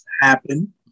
happen